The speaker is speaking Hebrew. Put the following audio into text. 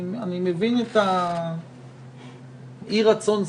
אני מבין את אי הרצון,